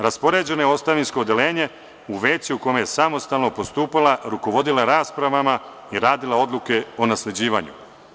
Raspoređena je na ostavinsko odeljenje u veću u kome je samostalno postupala, rukovodila raspravama i radila odluke o nasleđivanju.